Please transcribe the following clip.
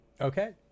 Okay